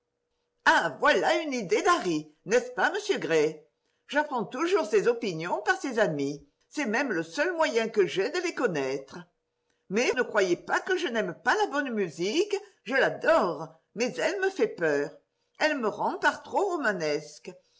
ah voilà une idée d'harry n'est-ce pas monsieur gray j'apprends toujours ses opinions par ses amis c'est même le seul moyen que j'aie de les connaître mais ne croyez pas que je n'aime pas la bonne musique je l'adore mais elle me fait peur elle me rend par trop romanesque